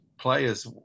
players